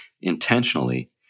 intentionally